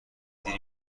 دیر